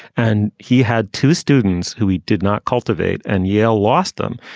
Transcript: and he had two students who he did not cultivate, and yale lost them.